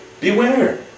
Beware